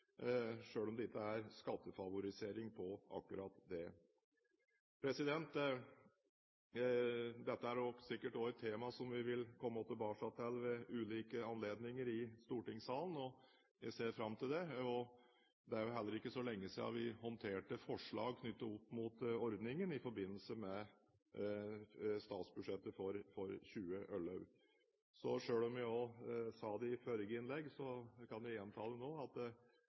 om det ikke er skattefavorisering på akkurat det. Dette er sikkert også et tema som vi vil komme tilbake til ved ulike anledninger i stortingssalen. Jeg ser fram til det. Det er vel heller ikke så lenge siden vi håndterte forslag knyttet opp mot ordningen – i forbindelse med statsbudsjettet for 2011. Så selv om jeg sa det i forrige innlegg, kan jeg gjenta det nå: